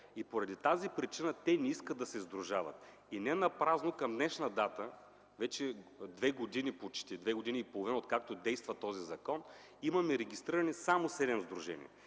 Поради тази причина те не искат да се сдружават. Не напразно към днешна дата, вече почти две години и половина, откакто действа този закон, имаме регистрирани само седем сдружения.